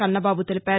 కన్నబాబు తెలిపారు